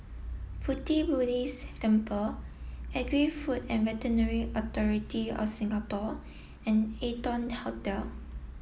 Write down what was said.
Pu Ti Buddhist Temple Agri Food and Veterinary Authority of Singapore and Arton Hotel